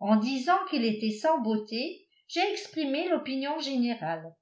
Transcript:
en disant qu'il était sans beauté j'ai exprimé l'opinion générale